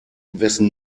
wessen